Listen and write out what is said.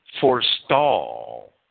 forestall